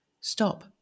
stop